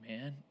man